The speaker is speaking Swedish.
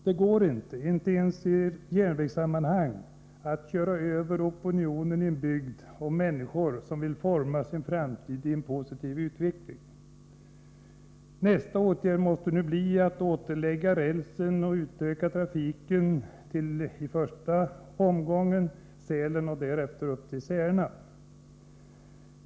Det går inte — inte ens i järnvägssammanhang — att köra över opinionen i en bygd och bland människor som vill forma sin framtid i en positiv utveckling. Nästa åtgärd måste nu bli att återlägga rälsen och utöka trafiken till, i första omgången, Sälen och därefter upp till Särna.